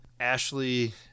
Ashley